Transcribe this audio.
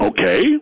Okay